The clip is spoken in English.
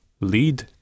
lead